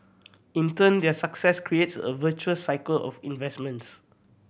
in turn their success creates a virtuous cycle of investments